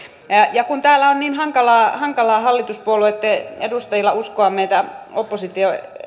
kun täällä on niin hankalaa hankalaa hallituspuolueitten edustajilla uskoa meitä opposition